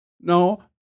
No